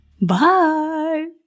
Bye